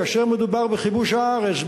כאשר מדובר בכיבוש הארץ,